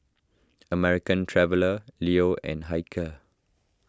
American Traveller Leo and Hilker